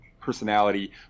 personality